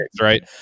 right